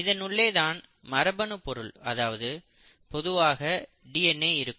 இதனுள்ளே தான் மரபணு பொருள் அதாவது பொதுவாக டிஎன்ஏ இருக்கும்